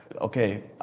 Okay